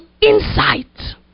insight